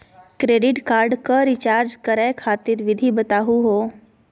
Credit card क recharge करै खातिर विधि बताहु हो?